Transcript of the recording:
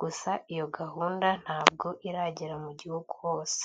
gusa iyo gahunda ntabwo iragera mu gihugu hose.